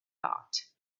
thought